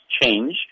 change